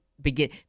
begin